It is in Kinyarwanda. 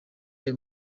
ayo